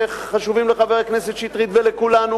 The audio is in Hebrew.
שחשובים לחבר הכנסת שטרית ולכולנו,